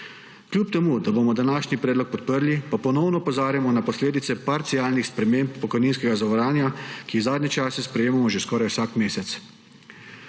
Kljub temu da bomo današnji predlog podprli, pa ponovno opozarjamo na posledice parcialnih sprememb pokojninskega zavarovanja, ki jih zadnje čase sprejemamo že skoraj vsak mesec.